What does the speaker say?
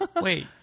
Wait